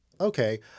Okay